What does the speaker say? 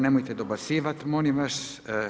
Nemojte dobacivat molim vas.